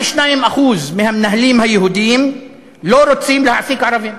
42% מהמנהלים היהודים לא רוצים להעסיק ערבים.